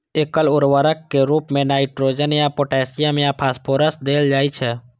एकल उर्वरक के रूप मे नाइट्रोजन या पोटेशियम या फास्फोरस देल जाइ छै